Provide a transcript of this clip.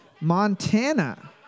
Montana